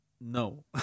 no